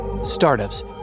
Startups